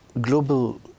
global